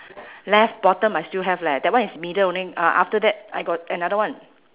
left bottom I still have leh that one is middle only uh after that I got another one